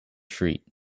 street